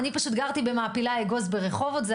אני פשוט גרתי במעפילי האגוז ברחובות,